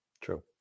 true